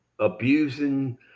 abusing